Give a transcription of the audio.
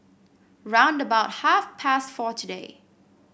round about half past four today